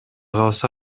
калса